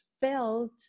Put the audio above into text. felt